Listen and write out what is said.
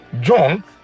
John